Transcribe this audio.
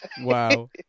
Wow